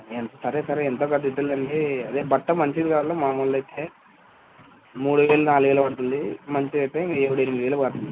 సరే సరే ఎంతో కొంత ఇద్దురు లేండి అదే బట్ట మంచిది కావాల్నా మామూలుది అయితే మూడు వేలు నాలుగు వేలు పడుతుంది మంచిది అయితే ఏడు ఎనిమిది వేలు పడుతుంది